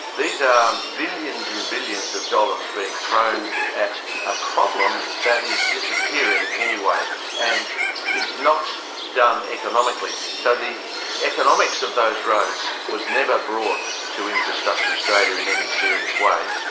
these are billions and billions of dollars being thrown at a problem that is disappearing anyway and is not done economically. so the economics of those roads was never brought to infrastructure australia in any serious way,